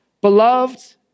Beloved